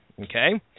Okay